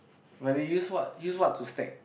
but they use what use what to stack